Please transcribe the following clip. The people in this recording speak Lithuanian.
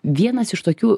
vienas iš tokių